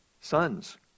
sons